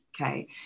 okay